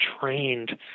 trained